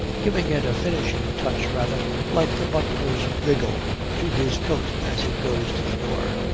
giving it a finishing touch rather like the butler's wriggle to his coat as he goes to the door.